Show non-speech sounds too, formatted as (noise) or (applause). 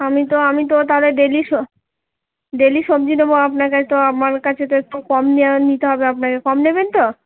আমি তো আমি তো তাহলে ডেইলি (unintelligible) ডেইলি সবজি নেব আপনার কাছে তো আমার কাছে তো একটু কম নিতে হবে আপনাকে কম নেবেন তো